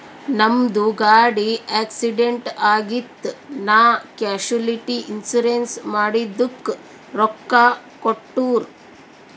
ನಮ್ದು ಗಾಡಿ ಆಕ್ಸಿಡೆಂಟ್ ಆಗಿತ್ ನಾ ಕ್ಯಾಶುಲಿಟಿ ಇನ್ಸೂರೆನ್ಸ್ ಮಾಡಿದುಕ್ ರೊಕ್ಕಾ ಕೊಟ್ಟೂರ್